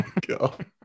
God